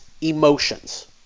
emotions